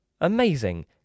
amazing